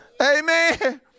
Amen